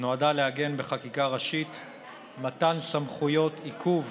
נועדה להגן בחקיקה ראשית מתן סמכויות עיכוב